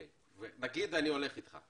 אני הולך איתך.